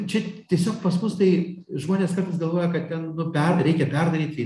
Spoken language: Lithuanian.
čia tiesiog pas mus tai žmonės kartais galvoja kad ten nu per reikia perdaryt jei